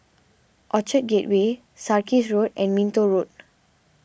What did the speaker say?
Orchard Gateway Sarkies Road and Minto Road